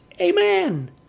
Amen